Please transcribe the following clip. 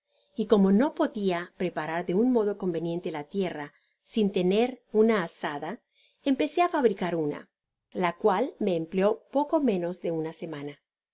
y como no podia preparar de un modo conveniente la tierra sin tener una azada empecé á fabricar una la cual me empleó poco menos de una semana